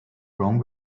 wrong